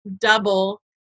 double